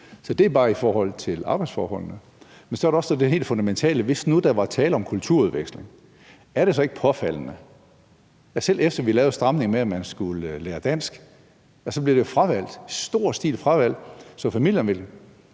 Så det er bare i forhold til arbejdsforholdene. Men så er der også det helt fundamentale: Hvis nu der var tale om kulturudveksling, er det så ikke påfaldende, at selv efter vi lavede stramningen med, at man skulle lære dansk, blev det i stor stil fravalgt, så familier ville